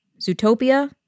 Zootopia